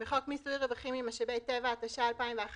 "בחוק מיסוי רווחים ממשאבי טבע, התשע"א-2011